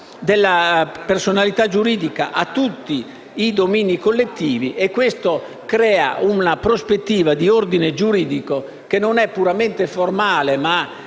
della personalità giuridica a tutti i domini collettivi, e questo crea una prospettiva di ordine giuridico che non è solo puramente formale, ma